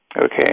Okay